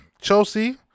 Chelsea